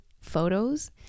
photos